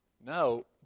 No